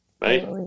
right